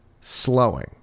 slowing